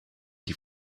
pli